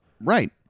right